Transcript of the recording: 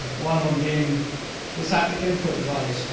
one of them being this haptic input device.